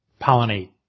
pollinate